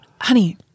honey